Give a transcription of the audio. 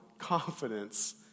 confidence